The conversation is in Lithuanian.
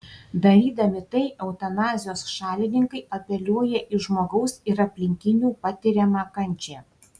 darydami tai eutanazijos šalininkai apeliuoja į žmogaus ir aplinkinių patiriamą kančią